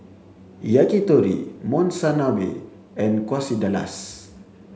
Yakitori Monsunabe and Quesadillas